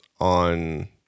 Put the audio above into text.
on